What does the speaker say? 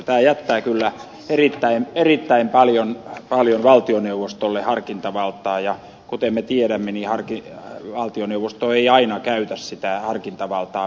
tämä jättää kyllä erittäin paljon valtioneuvostolle harkintavaltaa ja kuten me tiedämme niin valtioneuvosto ei aina käytä sitä harkintavaltaa viisaasti